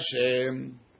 Hashem